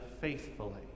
faithfully